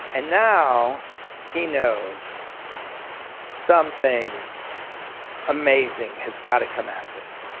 and now he knows something amazing has got to come out of this.